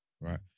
right